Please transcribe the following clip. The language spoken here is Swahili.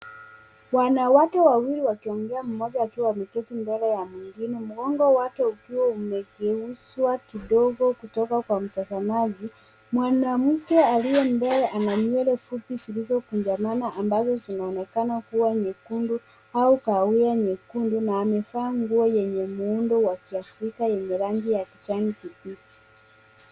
Wanawake wawili wakiongea mmoja akiwa ameketi mbele ya mwingine mgongo wake ukiwa umegeuzwa kidogo kutoka kwa mtazamaji. Mwanamke aliye mbele ana nywele fupi zilizofungamana ambazo zinaonekana kuwa nyekundu au kahawia nyekundu na amevaa nguo yenye muundo wa Kiafrika yenye rangi ya kijani kibichi.